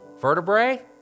Vertebrae